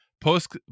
post